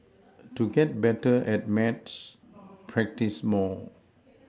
to get better at maths practise more